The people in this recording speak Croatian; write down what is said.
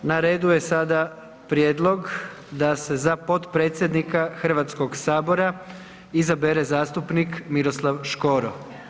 Na redu je sada Prijedlog da se za potpredsjednika Hrvatskog sabora izabere zastupnik Miroslav Škoro.